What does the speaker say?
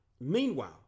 meanwhile